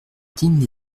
digne